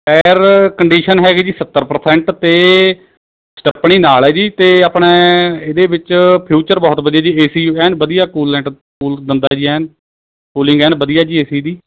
tyre condition ਹੈਗੀ ਜੀ ਸੱਤਰ ਪ੍ਰਸੈਂਟ ਅਤੇ ਸਟੱਪਣੀ ਨਾਲ ਹੈ ਜੀ ਅਤੇ ਆਪਣੇ ਇਹਦੇ ਵਿੱਚ ਫਿਊਚਰ ਬਹੁਤ ਵਧੀਆ ਜੀ ਏ ਸੀ ਐਨ ਵਧੀਆ ਕੂਲੈਂਟ ਕੂਲ ਦਿੰਦਾ ਜੀ ਐਨ ਕੂਲਿੰਗ ਐਨ ਵਧੀਆ ਜੀ ਏ ਸੀ ਦੀ